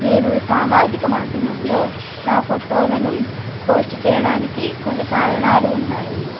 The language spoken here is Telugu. నేను సామాజిక మాధ్యమంలో నా ఫోటోలను పోస్ట్ చేయడానికి కొన్ని కారణాలు ఉన్నాయి